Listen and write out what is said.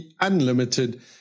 Unlimited